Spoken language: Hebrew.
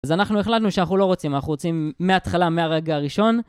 אז אנחנו החלטנו שאנחנו לא רוצים, אנחנו רוצים מההתחלה, מהרגע הראשון.